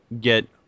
get